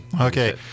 okay